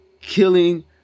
killing